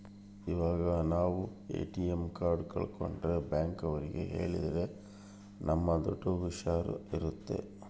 ಇವಾಗ ನಾವ್ ATM card ಕಲ್ಕೊಂಡ್ರೆ ಬ್ಯಾಂಕ್ ಅವ್ರಿಗೆ ಹೇಳಿದ್ರ ನಮ್ ದುಡ್ಡು ಹುಷಾರ್ ಇರುತ್ತೆ